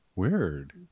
weird